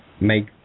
make